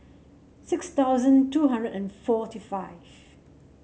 six thousand two hundred and forty five